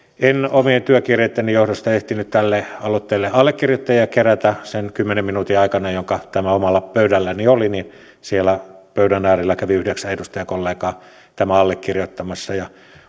omien työkiireitteni johdosta ehtinyt tälle aloitteelle allekirjoittajia kerätä sen kymmenen minuutin aikana jonka tämä omalla pöydälläni oli siellä pöydän äärellä kävi yhdeksän edustajakollegaa tämän allekirjoittamassa ja